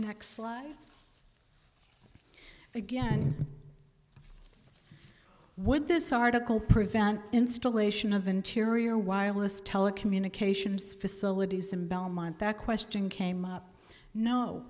next again would this article prevent installation of interior wireless telecommunications facilities in belmont that question came up no